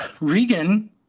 regan